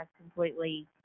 completely